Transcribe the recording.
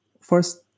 first